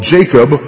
Jacob